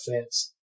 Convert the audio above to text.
fence